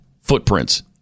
footprints